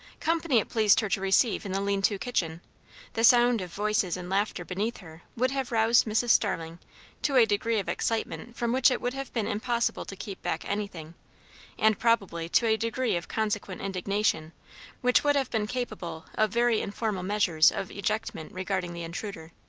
company it pleased her to receive in the lean-to kitchen the sound of voices and laughter beneath her would have roused mrs. starling to a degree of excitement from which it would have been impossible to keep back anything and probably to a degree of consequent indignation which would have been capable of very informal measures of ejectment regarding the intruder.